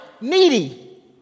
needy